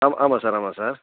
ஆம் ஆமாம் சார் ஆமாம் சார்